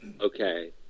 okay